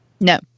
No